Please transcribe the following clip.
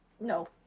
No